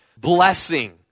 blessing